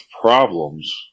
problems